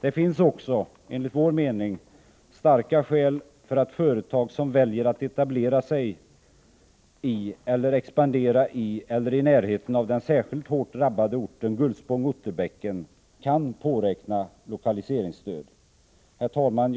Det finns också enligt vår mening starka skäl för att företag som väljer att etablera sig eller expandera i eller i närheten av den särskilt hårt drabbade orten Gullspång/Otterbäcken kan påräkna lokaliseringsstöd. Herr talman!